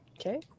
Okay